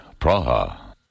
Praha